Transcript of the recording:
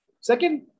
Second